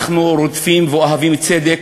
אנחנו רודפים ואוהבים צדק,